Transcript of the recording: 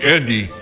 Andy